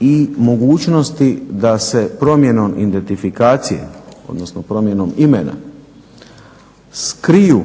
i mogućnosti da se promjenom identifikacije, odnosno promjenom imena skriju